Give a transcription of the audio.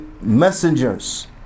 messengers